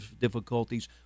difficulties